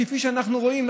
כפי שאנחנו רואים,